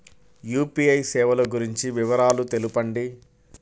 UPI సేవలు గురించి వివరాలు తెలుపండి?